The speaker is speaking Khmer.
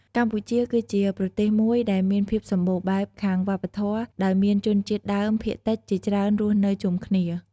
កម្ពុជាគឺជាប្រទេសមួយដែលមានភាពសម្បូរបែបខាងវប្បធម៌ ដោយមានជនជាតិដើមភាគតិចជាច្រើនរស់នៅជុំគ្នា។